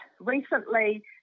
recently